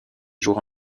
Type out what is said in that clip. jours